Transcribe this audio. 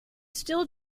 still